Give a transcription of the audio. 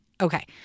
Okay